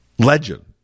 Legend